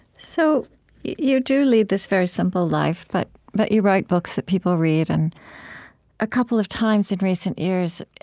so you do lead this very simple life, but but you write books that people read. and a couple of times in recent years,